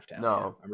No